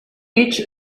each